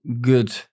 good